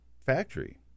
factory